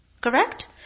Correct